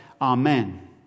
Amen